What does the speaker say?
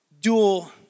dual